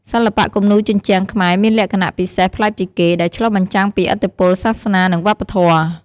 សិល្បៈគំនូរជញ្ជាំងខ្មែរមានលក្ខណៈពិសេសប្លែកពីគេ ដែលឆ្លុះបញ្ចាំងពីឥទ្ធិពលសាសនា និងវប្បធម៌។